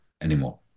anymore